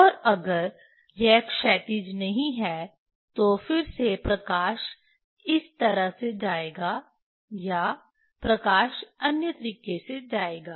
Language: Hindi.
और अगर यह क्षैतिज नहीं है तो फिर से प्रकाश इस तरह से जाएगा या प्रकाश अन्य तरीके से जाएगा